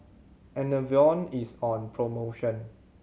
Enervon is on promotion